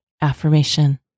AFFIRMATION